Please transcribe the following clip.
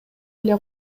эле